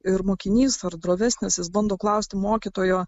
ir mokinys ar drovesnis jis bando klausti mokytojo